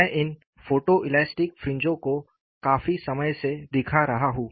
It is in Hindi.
मैं इन फोटोइलास्टिक फ्रिंजों को काफी समय से दिखा रहा हूं